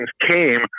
came